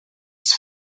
his